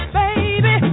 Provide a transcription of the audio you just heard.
baby